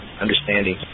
understanding